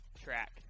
track